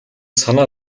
санаа